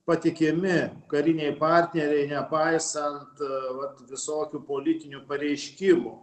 patikimi kariniai partneriai nepaisant vat visokių politinių pareiškimų